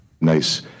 Nice